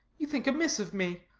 you think amiss of me.